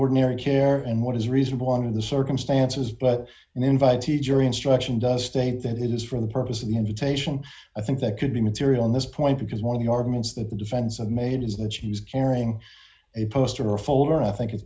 ordinary care and what is reasonable under the circumstances but invitee jury instructions state that it is for the purpose of the invitation i think that could be material on this point because one of the arguments that the defense of made is that she was carrying a poster a folder i think it's